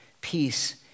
peace